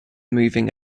moving